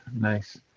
Nice